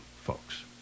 folks